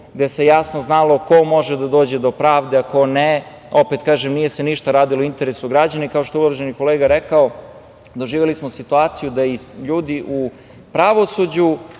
gde se jasno znalo ko može da dođe do pravde a ko ne. Opet kažem, nije se ništa radilo u interesu građana, i, kao što je uvaženi kolega rekao, doživeli smo situaciju da i ljudi u pravosuđu